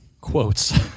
quotes